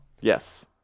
Yes